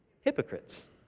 hypocrites